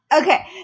Okay